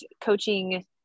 coaching